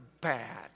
bad